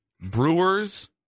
Brewers